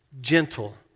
Gentle